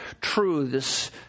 truths